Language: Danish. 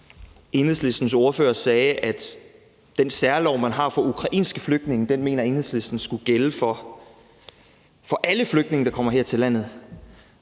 Enhedslistens ordfører i forbindelse med den særlov, man har for ukrainske flygtninge, sagde, at Enhedslisten mener, at den skal gælde for alle flygtninge, der kommer her til landet.